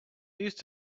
used